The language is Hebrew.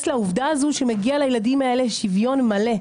לעובדה שמגיע לילדים הללו שוויון מלא,